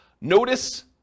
Notice